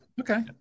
okay